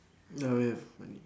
oh we have money